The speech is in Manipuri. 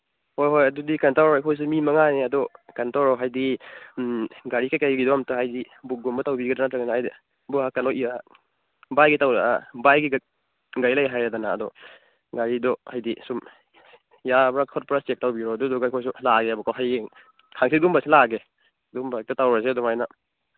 ꯍꯣꯏ ꯍꯣꯏ ꯑꯗꯨꯗꯤ ꯀꯩꯅꯣ ꯇꯧꯔꯣ ꯑꯩꯈꯣꯏꯁꯨ ꯃꯤ ꯃꯉꯥꯅꯤ ꯑꯗꯣ ꯀꯩꯅꯣ ꯇꯧꯔꯣ ꯍꯥꯏꯗꯤ ꯒꯥꯔꯤ ꯀꯩꯀꯩꯒꯤꯗꯣ ꯑꯝꯇ ꯍꯥꯏꯗꯤ ꯕꯨꯛꯒꯨꯝꯕ ꯇꯧꯕꯤꯒꯗ꯭ꯔꯥ ꯅꯠꯇ꯭ꯔꯒꯅ ꯍꯥꯏꯗꯤ ꯀꯩꯅꯣ ꯚꯥꯏꯒꯤ ꯒꯥꯔꯤ ꯂꯩ ꯍꯥꯏꯔꯦꯗꯅ ꯑꯗꯣ ꯒꯥꯔꯤꯗꯣ ꯍꯥꯏꯗꯤ ꯁꯨꯝ ꯌꯥꯕ꯭ꯔꯥ ꯈꯣꯠꯄ꯭ꯔꯥ ꯆꯦꯛ ꯇꯧꯕꯤꯔꯣ ꯑꯗꯨꯗꯨꯒ ꯑꯩꯈꯣꯏꯁꯨ ꯂꯥꯛꯑꯒꯦꯕꯀꯣ ꯍꯌꯦꯡ ꯍꯪꯆꯤꯠꯒꯨꯝꯕꯁꯦ ꯂꯥꯛꯑꯒꯦ ꯑꯗꯨꯝꯕ ꯍꯦꯛꯇ ꯇꯧꯔꯁꯦ ꯑꯗꯨꯃꯥꯏꯅ